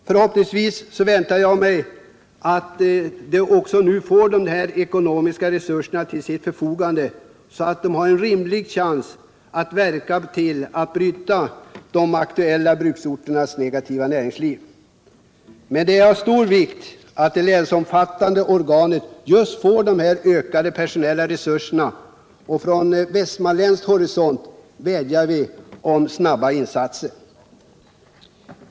Jag hoppas att de också får ekonomiska resurser till sitt förfogande, så att de har en rimlig chans att verka för att de aktuellå bruksorternas negativa näringsliv bryts. Men det är av stor vikt att det länsomfattande organet får ökade personella resurser, och från västmanländsk horisont vädjar vi om snabba insatser.